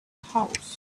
house